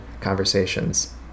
conversations